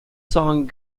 song